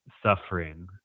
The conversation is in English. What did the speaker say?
suffering